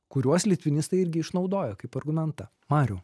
kuriuos litvinistai irgi išnaudoja kaip argumentą mariau